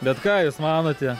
bet ką jūs manote